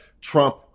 Trump